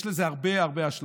יש לזה הרבה הרבה השלכות.